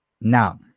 now